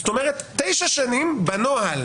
זאת אומרת, תשע שנים בנוהל.